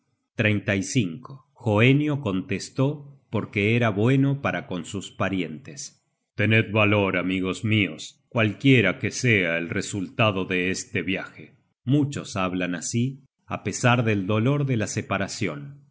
google book search generated at lloenio contestó porque era bueno para con sus parientes tened valor amigos mios cualquiera que sea el resultado de este viaje muchos hablan así á pesar del dolor de la separacion